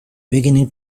beginning